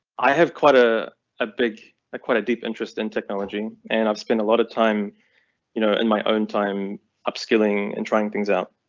i have quite a a big quite a deep interest in technology and i've spent a lot of time you know in my own time upskilling and trying things out.